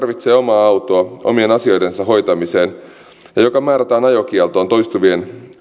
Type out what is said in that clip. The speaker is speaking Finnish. tarvitsee omaa autoa omien asioidensa hoitamiseen ja joka määrätään ajokieltoon toistuvien